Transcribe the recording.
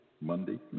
monday